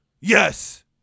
Yes